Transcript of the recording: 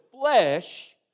flesh